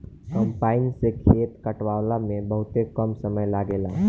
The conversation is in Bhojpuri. कम्पाईन से खेत कटावला में बहुते कम समय लागेला